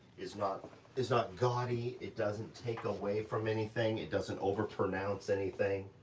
is not is not gaudy, it doesn't take away from anything. it doesn't over pronounce anything.